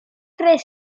tres